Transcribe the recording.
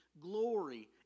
glory